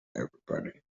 everybody